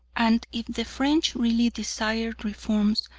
and if the french really desired reforms,